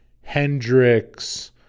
Hendrix